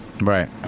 right